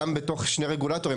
גם בתוך שני רגולטורים,